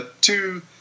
two